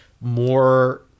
more